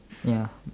ya